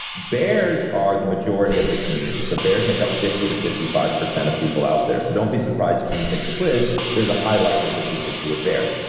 bears are the majority of the community so, bears make up fifty percent to fifty five percent of people out there. so, don't be surprised if when you take the quiz, there's a high likelihood you could be a bear.